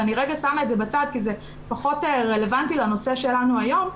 ואני רגע שמה את זה בצד כי זה פחות רלוונטי לנושא שלנו היום.